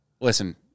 Listen